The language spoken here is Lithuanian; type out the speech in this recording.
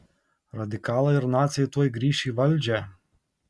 radikalai ir naciai tuoj grįš į valdžią